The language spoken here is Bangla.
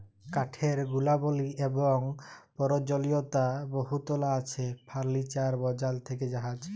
কাঠের গুলাবলি এবং পরয়োজলীয়তা বহুতলা আছে ফারলিচার বালাল থ্যাকে জাহাজ